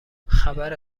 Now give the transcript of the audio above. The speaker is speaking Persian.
خبر